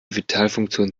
vitalfunktionen